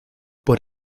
por